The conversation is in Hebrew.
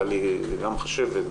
הייתה לי גם חשבת,